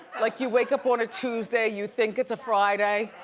like, you wake up on a tuesday, you think it's a friday?